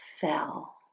fell